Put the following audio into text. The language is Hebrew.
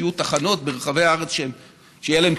שיהיו תחנות ברחבי הארץ ויהיו להם